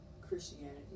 Christianity